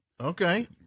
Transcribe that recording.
okay